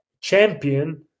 Champion